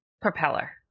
propeller